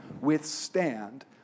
withstand